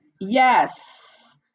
yes